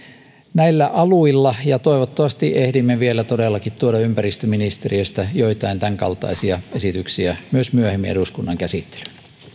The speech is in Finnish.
näillä aluilla ja toivottavasti ehdimme vielä todellakin tuoda ympäristöministeriöstä joitain tämänkaltaisia esityksiä myös myöhemmin eduskunnan käsittelyyn